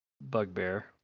bugbear